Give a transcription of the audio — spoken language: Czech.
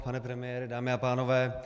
Pane premiére, dámy a pánové.